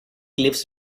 cliffs